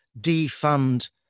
defund